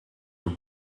were